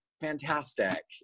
fantastic